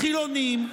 חילונים,